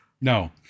No